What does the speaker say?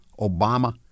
Obama